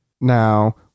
Now